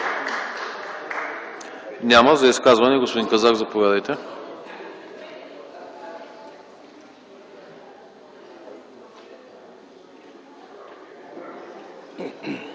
Няма. За изказване - господин Лазаров, заповядайте.